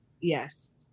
yes